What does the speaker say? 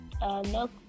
no